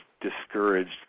discouraged